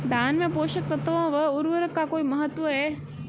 धान में पोषक तत्वों व उर्वरक का कोई महत्व है?